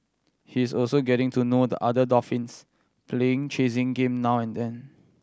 he is also getting to know the other dolphins playing chasing game now and then